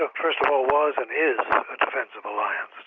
ah first of all was and is a defensive alliance.